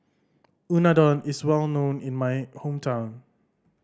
unadon is well known in my hometown